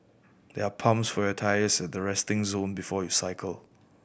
there are pumps for your tyres at the resting zone before you cycle